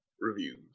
reviews